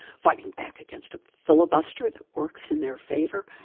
fighting back against a filibuster that works in their favor,